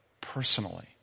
Personally